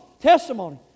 Testimony